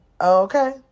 Okay